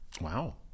Wow